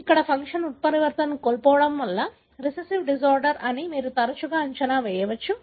ఇక్కడ ఫంక్షన్ ఉత్పరివర్తనాలను కోల్పోవడం వల్ల రిసెసివ్ డిజార్డర్ అని మీరు తరచుగా అంచనా వేయవచ్చు